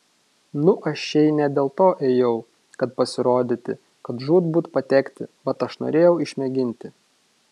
nu aš šiai ne dėl to ėjau kad pasirodyti kad žūtbūt patekti vat aš norėjau išmėginti